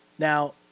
Now